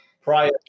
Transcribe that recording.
Prior